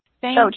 Thank